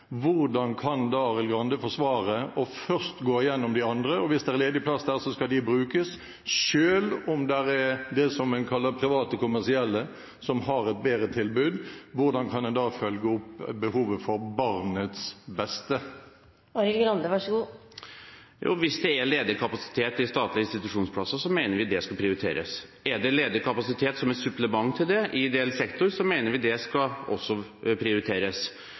hvordan kan da Arild Grande forsvare først å gå gjennom de andre, og hvis det er ledig plass der, skal de brukes, selv om det som en kaller private kommersielle, har et bedre tilbud? Hvordan kan en da følge opp barnets beste og de behovene de har? Hvis det er ledig kapasitet i statlige institusjonsplasser, mener vi det skal prioriteres. Er det ledig kapasitet som et supplement til det i ideell sektor, mener vi det også skal prioriteres.